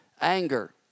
anger